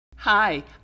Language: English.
Hi